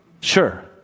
Sure